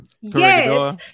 yes